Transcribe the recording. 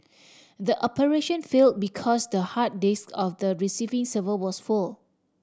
the operation fail because the hard disk of the receiving server was full